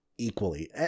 equally